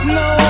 no